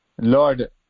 Lord